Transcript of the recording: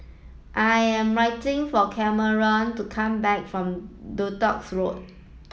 I am waiting for Cameron to come back from Duxton Road